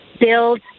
build